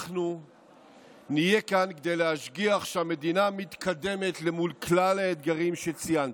אנחנו נהיה כאן כדי להשגיח שהמדינה מתקדמת מול כלל האתגרים שציינתי.